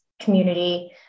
community